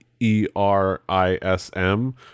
E-R-I-S-M